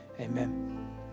Amen